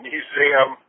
Museum